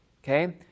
Okay